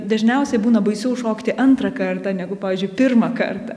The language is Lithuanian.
dažniausiai būna baisiau šokti antrą kartą negu pavyzdžiui pirmą kartą